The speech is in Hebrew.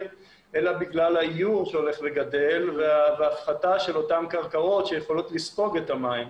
אלא בגלל העיור שהולך וגדל והפחתה של אותן קרקעות שיכולות לספוג את המים.